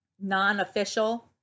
non-official